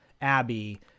Abby